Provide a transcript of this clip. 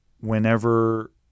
whenever